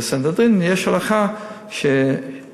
ובסנהדרין יש הלכה ש-71,